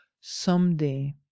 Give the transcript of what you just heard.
someday